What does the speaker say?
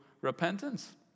repentance